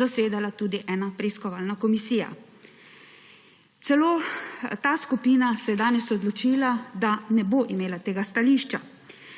zasedala tudi ena preiskovalna komisija. Celo ta skupina se je danes odločila, da ne bo imela tega stališča,